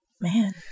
Man